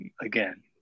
again